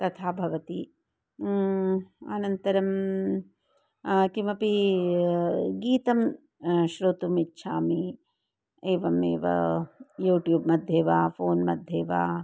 तथा भवति अनन्तरं किमपि गीतं श्रोतुम् इच्छामि एवमेव यूट्यूब्मध्ये वा फ़ोन्मध्ये वा